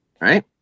right